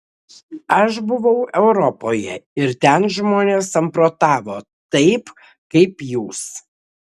aš buvau europoje ir ten žmonės samprotavo taip kaip jūs